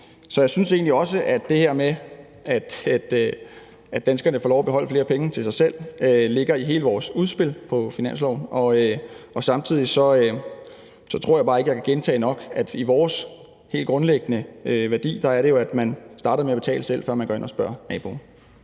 Så jeg synes egentlig også, at det her med, at danskerne får lov at beholde flere penge til sig selv, ligger i hele vores udspil til finanslov. Samtidig tror jeg bare ikke, at jeg kan gentage nok, at vores helt grundlæggende værdi er, at man starter med at betale selv, før man går ind og spørger naboen.